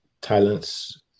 talents